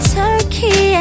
turkey